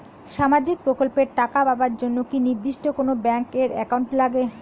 সামাজিক প্রকল্পের টাকা পাবার জন্যে কি নির্দিষ্ট কোনো ব্যাংক এর একাউন্ট লাগে?